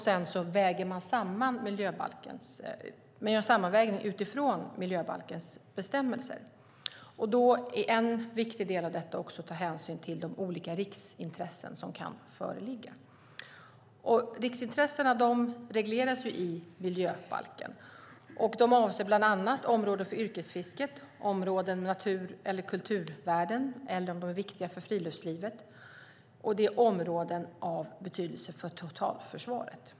Sedan gör man en sammanvägning utifrån miljöbalkens bestämmelser. En viktig del av detta är att ta hänsyn till de olika riksintressen som kan föreligga. Riksintressena regleras i miljöbalken. De avser bland annat områden för yrkesfisket, områden med natur eller kulturvärden, områden som är viktiga för friluftslivet och områden av betydelse för totalförsvaret.